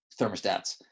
thermostats